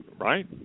Right